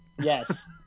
Yes